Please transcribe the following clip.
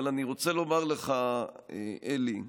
אבל אני רוצה לומר לך, אלי,